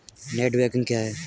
Net banking क्या है?